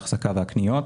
האחזקה והקניות.